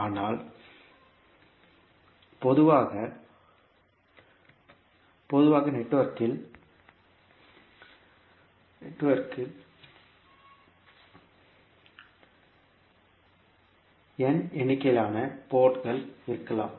ஆனால் பொதுவாக நெட்வொர்க்கில் n எண்ணிக்கையிலான போர்ட்கள் இருக்கலாம்